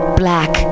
black